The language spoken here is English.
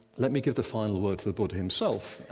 let me give the final word to the buddha himself.